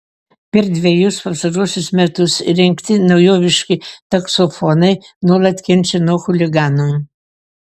per dvejus pastaruosius metus įrengti naujoviški taksofonai nuolat kenčia nuo chuliganų